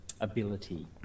ability